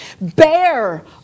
bear